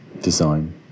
design